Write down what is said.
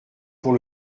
pour